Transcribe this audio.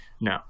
No